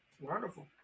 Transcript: wonderful